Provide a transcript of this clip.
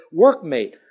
workmate